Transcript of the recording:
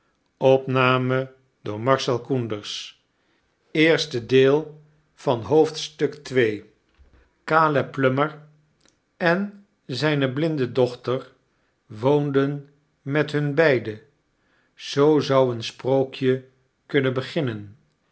en zijne blinde dochter woonden met hun beiden zoo zou een sprookje kunnen beginnen